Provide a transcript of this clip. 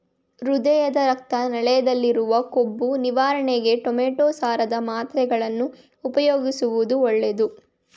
ಹೃದಯದ ರಕ್ತ ನಾಳದಲ್ಲಿರುವ ಕೊಬ್ಬು ನಿವಾರಣೆಗೆ ಟೊಮೆಟೋ ಸಾರದ ಮಾತ್ರೆಗಳನ್ನು ಉಪಯೋಗಿಸುವುದು ಒಳ್ಳೆದು